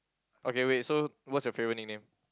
okay wait so what's your favourite nickname